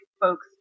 Folks